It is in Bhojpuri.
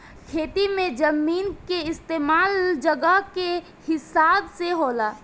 खेती मे जमीन के इस्तमाल जगह के हिसाब से होला